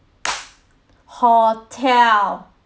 hotel